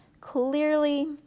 clearly